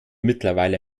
mittlerweile